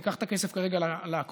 ניקח את הכסף כרגע לקרונות,